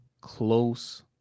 close